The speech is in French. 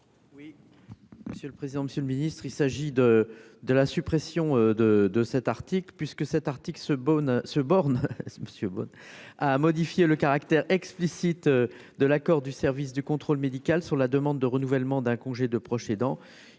Oui, monsieur le président, monsieur le ministre, il s'agit de de la suppression de de cet article, puisque cet article ce bonne se borne monsieur bonne à modifier le caractère explicite de l'accord du service du contrôle médical sur la demande de renouvellement d'un congé de proche aidant,